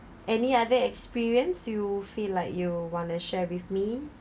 any other experience you feel like you want to share with me